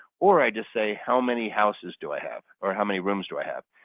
or i just say how many houses do i have or how many rooms do i have.